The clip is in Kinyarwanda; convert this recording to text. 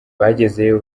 bagezeyo